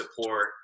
support